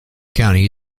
county